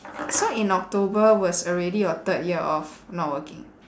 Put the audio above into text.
so in october was already your third year of not working